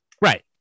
Right